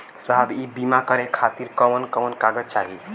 साहब इ बीमा करें खातिर कवन कवन कागज चाही?